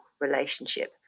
relationship